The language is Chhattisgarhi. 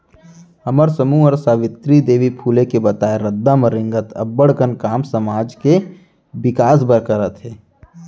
हमर समूह हर सावित्री देवी फूले के बताए रद्दा म रेंगत अब्बड़ कन काम समाज के बिकास बर करत हे